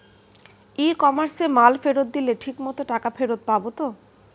ই কমার্সে মাল ফেরত দিলে ঠিক মতো টাকা ফেরত পাব তো?